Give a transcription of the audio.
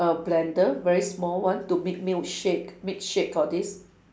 err blender very small one to make milkshake make shake all this